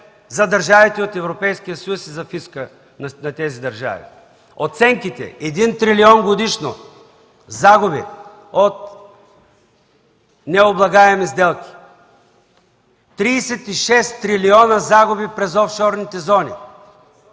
за държавите от Европейския съюз и за фиска на тези държави. Оценките – един трилион годишно загуби от необлагаеми сделки. Тридесет и шест трилиона загуби през офшорните зони.